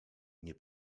nie